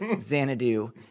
Xanadu